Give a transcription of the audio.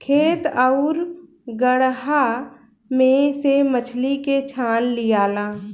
खेत आउरू गड़हा में से मछली के छान लियाला